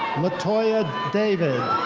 latoya david.